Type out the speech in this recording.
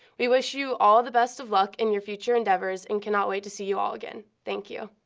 we wish you all the best of luck in your future endeavors and cannot wait to see you all again. thank you.